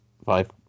Five